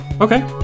Okay